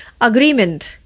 agreement